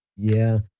yeah.